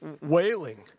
wailing